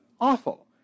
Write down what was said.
awful